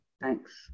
thanks